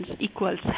equals